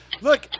look